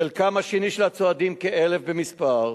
חלקם השני של הצועדים, כ-1,000 במספר,